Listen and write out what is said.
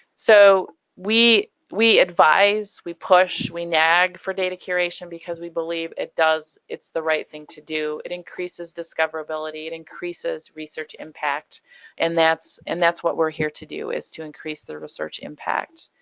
so we we advise, we push, we nag for data curation because we believe it does. it's the right thing to do. it increases discoverability, it increases research impact and that's and that's what we're here to do is to increase the research impact.